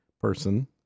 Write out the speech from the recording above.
person